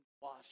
wash